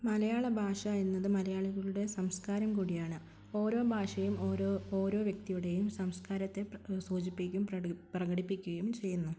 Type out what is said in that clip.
മലയാള ഭാഷ എന്നത് മലയാളികളുടെ സംസ്കാരം കൂടിയാണ് ഓരോ ഭാഷയും ഓരോ ഓരോ വ്യക്തിയുടെയും സംസ്കാരത്തെ സൂചിപ്പിക്കും പ്രകടിപ്പിക്കുകയും ചെയ്യുന്നു